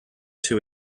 two